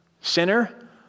Sinner